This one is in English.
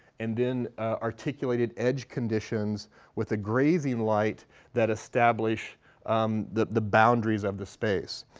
and then articulated edge conditions with a grazing light that established um the the boundaries of the space.